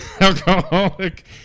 alcoholic